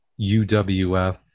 UWF